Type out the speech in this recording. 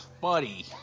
buddy